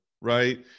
right